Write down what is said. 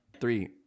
Three